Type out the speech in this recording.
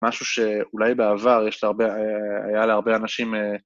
משהו שאולי בעבר יש לה הרבה... היה לה הרבה אנשים...